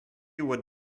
would